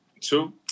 Two